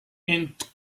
ent